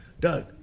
Doug